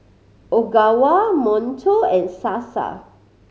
Ogawa Monto and Sasa